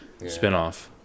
spinoff